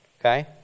Okay